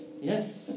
yes